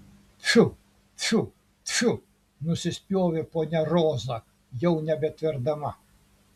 tfiu tfiu tfiu nusispjovė ponia roza jau nebetverdama